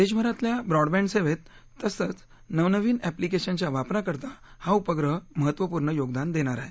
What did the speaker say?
देशभरातल्या ब्रॉडबॅंड सेवेत तसंच नवनवीन अस्त्रीकेशनच्या वापराकरता हा उपग्रह महत्त्वपूर्ण योगदान देणार आहे